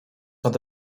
nad